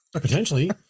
potentially